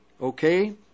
Okay